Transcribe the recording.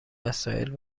وسایل